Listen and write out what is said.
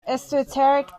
esoteric